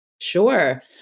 Sure